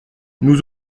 nous